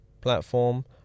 platform